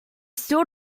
still